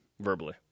verbally